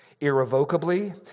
irrevocably